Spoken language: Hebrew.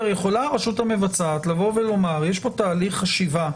יכולה הרשות המבצעת לבוא ולומר שיש פה תהליך חשיבה,